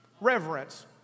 Reverence